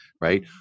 right